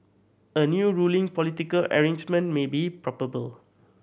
a new ruling political arrangement may be probable